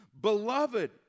Beloved